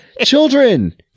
children